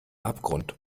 abgrund